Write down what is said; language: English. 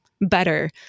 better